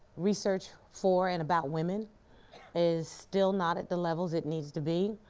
research for and about women is still not at the levels it needs to be,